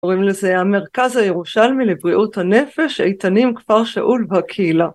קוראים לזה המרכז הירושלמי לבריאות הנפש, איתנים כפר שאול והקהילה.